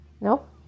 nope